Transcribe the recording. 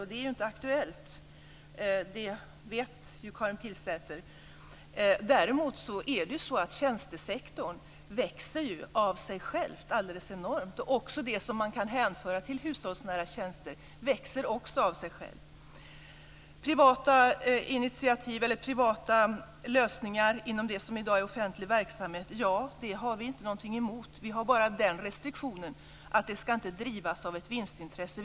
Men de är ju inte aktuella, det vet Karin Pilsäter. Däremot växer tjänstesektorn enormt alldeles av sig själv. Också det som kan hänföras till hushållsnära tjänster växer av sig självt. Vi har ingenting emot privata lösningar inom det som i dag är offentlig verksamhet. Vi har bara den restriktionen att sådan verksamhet inte ska drivas av ett vinstintresse.